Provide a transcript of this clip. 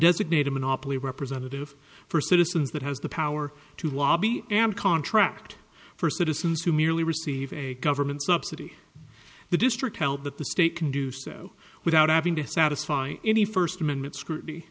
designate a monopoly representative for citizens that has the power to lobby and contract for citizens who merely receive a government subsidy the district held that the state can do so without having to satisfy any first amendment scru